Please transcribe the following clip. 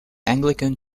anglican